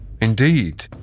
Indeed